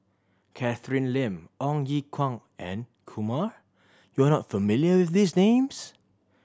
Catherine Lim Ong Ye Kung and Kumar you are not familiar with these names